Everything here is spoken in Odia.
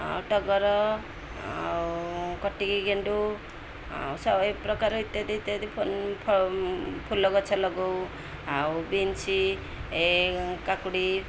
ଆଉ ଟଗର ଆଉ କଟିକି ଗେଣ୍ଡୁ ଆଉ ଶହେ ପ୍ରକାର ଇତ୍ୟାଦି ଇତ୍ୟାଦି ଫୁଲ ଗଛ ଲଗଉ ଆଉ ବିନ୍ସ୍ ଏ କାକୁଡ଼ି